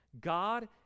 God